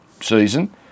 season